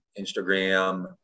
Instagram